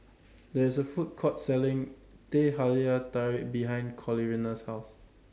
There IS A Food Court Selling Teh Halia Tarik behind Corina's House